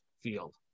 field